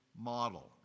model